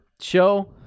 show